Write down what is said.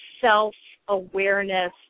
self-awareness